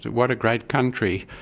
what a great country.